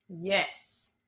Yes